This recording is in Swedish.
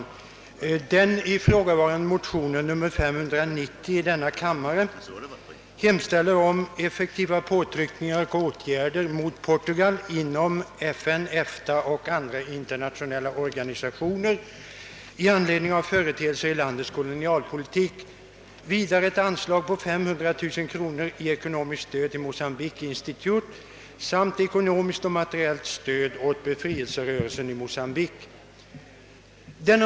I de likalydande motionerna I: 466 och II: 590 hemställes om effektiva påtryckningar och åtgärder mot Portugal inom FN, EFTA och andra internationella organisationer i anledning av företeelser i landets kolonialpolitik, om ett anslag på 500 000 kronor i ekonomiskt stöd till Mocambique Institute samt om ekonomiskt och materiellt stöd åt befrielserörelsen i Mocambique.